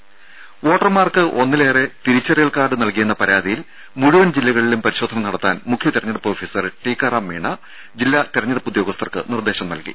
രുര വോട്ടർമാർക്ക് ഒന്നിലേറെ തിരിച്ചറിയൽകാർഡ് നൽകിയെന്ന പരാതിയിൽ മുഴുവൻ ജില്ലകളിലും പരിശോധന നടത്താൻ മുഖ്യ തിരഞ്ഞെടുപ്പ് ഓഫീസർ ടീക്കാറാം മീണ ജില്ലാ തിരഞ്ഞെടുപ്പ് ഉദ്യോഗസ്ഥർക്ക് നിർദ്ദേശം നൽകി